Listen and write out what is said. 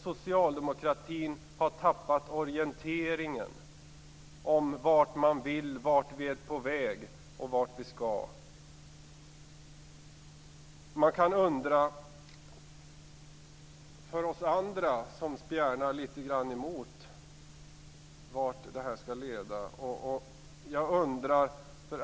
Socialdemokraterna har tappat orienteringen om vart man vill, vart vi är på väg och vart vi skall. Vi andra, som spjärnar emot litet grand, kan undra vart det här skall leda.